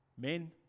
men